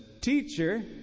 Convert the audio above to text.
Teacher